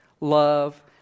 love